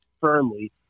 firmly